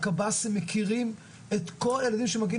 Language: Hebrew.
הקבסי"ם מכירים את כל הילדים שמגיעים